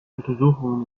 untersuchung